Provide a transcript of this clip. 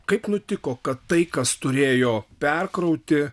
kaip nutiko kad tai kas turėjo perkrauti